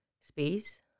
space